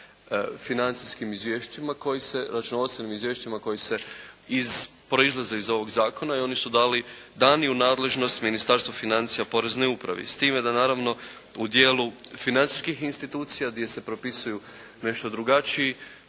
financijskih izvješćima, računovodstvenim izvješćima koji proizlaze iz ovog Zakona i oni su dani u nadležnost ministarstvu financija i Poreznoj upravi. S time da naravno u dijelu financijskih institucija gdje se propisuju drugačiji